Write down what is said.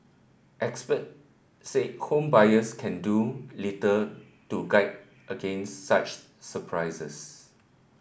expert say home buyers can do little to guard against such surprises